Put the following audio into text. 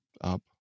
up